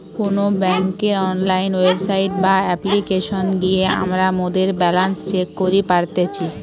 কোনো বেংকের online website বা অপ্লিকেশনে গিয়ে আমরা মোদের ব্যালান্স চেক করি পারতেছি